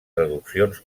traduccions